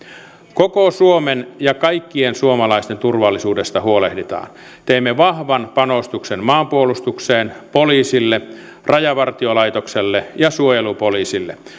koko suomen ja kaikkien suomalaisten turvallisuudesta huolehditaan teemme vahvan panostuksen maanpuolustukseen poliisille rajavartiolaitokselle ja suojelupoliisille